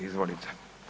Izvolite.